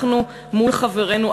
אנחנו מול חברינו,